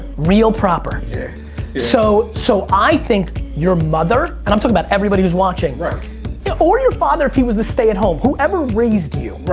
real proper. so so i think your mother, and i'm talkin' about everybody who's watching, or your father if he was the stay at home. whoever raised you.